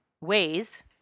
ways